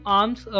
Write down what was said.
arms